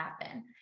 happen